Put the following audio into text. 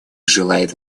желает